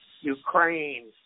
Ukraine